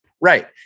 Right